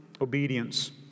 Obedience